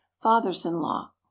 fathers-in-law